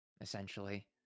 essentially